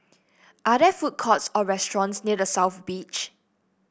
are there food courts or restaurants near The South Beach